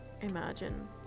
Imagine